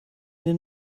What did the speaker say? den